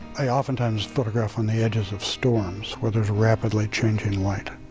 i often times photograph on the edges of storms, where there is rapidly changing light.